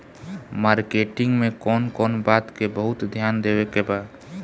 Marketing मे कौन कौन बात के बहुत ध्यान देवे के बा?